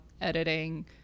editing